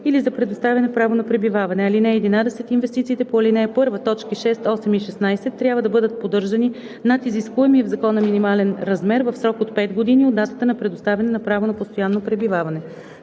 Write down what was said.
или за предоставяне право на пребиваване. (11) Инвестициите по ал. 1, т. 6, 8 и 16 трябва да бъдат поддържани над изискуемия в закона минимален размер за срок от 5 години от датата на предоставяне на право на постоянно пребиваване.